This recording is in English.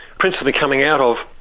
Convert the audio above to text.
principally coming out of,